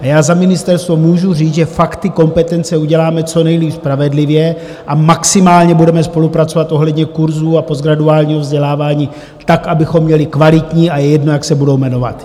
A já za ministerstvo můžu říct, že fakt ty kompetence uděláme co nejvíc spravedlivě a maximálně budeme spolupracovat ohledně kurzů a postgraduálního vzdělávání tak, abychom je měli kvalitní, a je jedno, jak se budou jmenovat.